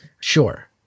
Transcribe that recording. Sure